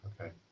okay